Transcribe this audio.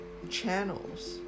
channels